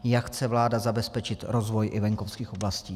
Jak chce vláda zabezpečit rozvoj i venkovských oblastí?